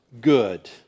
good